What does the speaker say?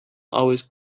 always